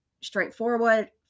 straightforward